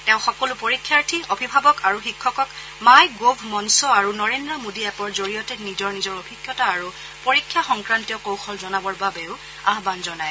তেওঁ সকলো পৰীক্ষাৰ্থী অভিভাৱক আৰু শিক্ষকক মাই গভ আৰু নৰেন্দ্ৰ মোদী এপৰ জৰিয়তে নিজৰ নিজৰ অভিজ্ঞতা আৰু পৰীক্ষা সক্ৰান্তীয় কৌশল জনাবৰ বাবেও আহ্বান জনায়